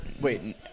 wait